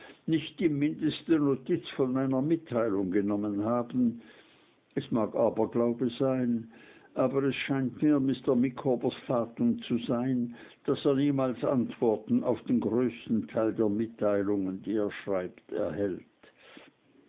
nicht die mindeste notiz von seiner mitteilung genommen haben es mag aberglaube sein aber es scheint mir mr micawbers fatum zu sein daß er niemals antworten auf den größten teil der mitteilungen die er schreibt erhält